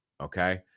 Okay